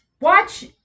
Watch